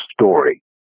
story